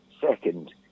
second